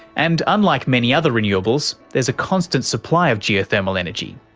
and, unlike many other renewables, there's a constant supply of geothermal energy.